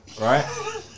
Right